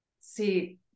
See